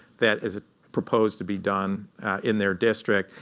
that is ah proposed to be done in their district.